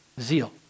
zeal